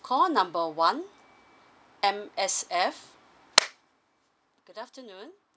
call number one M_S_F good afternoon